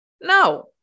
No